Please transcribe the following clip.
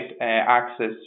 access